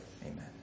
amen